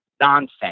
Nonsense